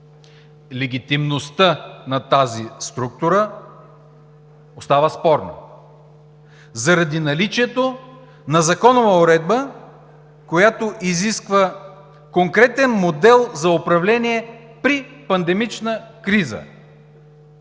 легитимността на тази структура остава спорна заради наличието на законова уредба, която изисква конкретен модел за управление при пандемична криза,